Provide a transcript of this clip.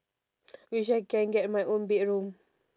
which I can get my own bedroom